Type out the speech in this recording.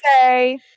say